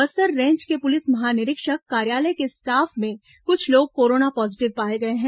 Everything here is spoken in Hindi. बस्तर रेंज के पुलिस महानिरीक्षक कार्यालय के स्टाफ में कुछ लोग कोरोना पॉजीटिव पाए गए हैं